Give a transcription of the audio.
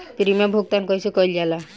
Premium भुगतान कइसे कइल जाला?